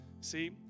See